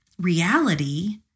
reality